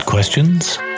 questions